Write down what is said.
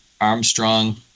Armstrong